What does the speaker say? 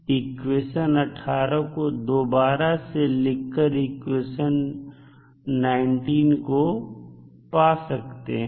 equation 18 को दोबारा से लिख कर इक्वेशन 19 को पा सकते हैं